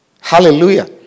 Hallelujah